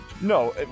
No